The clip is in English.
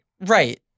Right